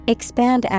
Expand